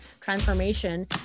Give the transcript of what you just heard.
transformation